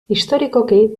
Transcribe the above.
historikoki